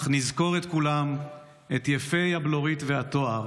// אך נזכור את כולם / את יפי הבלורית והתואר,